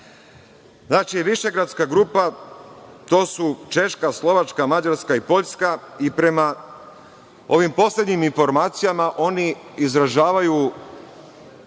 Znači, Višegradska grupa, to su Češka, Slovačka, Mađarska i Poljska i prema ovim poslednjim informacijama oni izražavaju